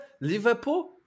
Liverpool